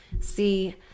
See